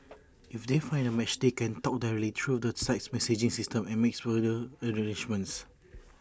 if they find A match they can talk directly through the site's messaging system and make further arrangements